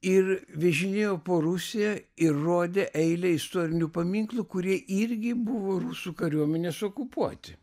ir vežinėjo po rusiją ir rodė eilę istorinių paminklų kurie irgi buvo rusų kariuomenės okupuoti